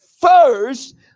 First